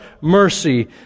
mercy